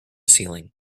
ceiling